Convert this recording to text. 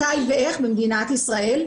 מתי ואיך במדינת ישראל.